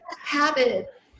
habit